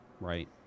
Right